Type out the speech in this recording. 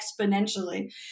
exponentially